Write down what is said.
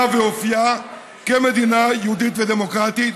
ואופייה כמדינה יהודית ודמוקרטית,